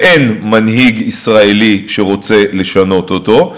ואין מנהיג ישראלי שרוצה לשנות אותו,